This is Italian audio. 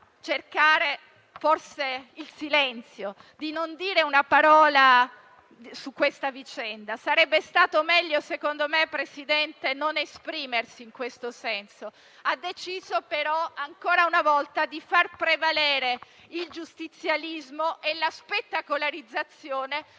cercare forse il silenzio e non dire una parola su questa vicenda. Secondo me, signor Presidente, sarebbe stato meglio non esprimersi in questo senso. Ha deciso però, ancora una volta, di far prevalere il giustizialismo e la spettacolarizzazione